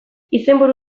izenburu